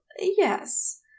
yes